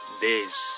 days